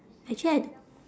actually I